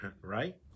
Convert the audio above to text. Right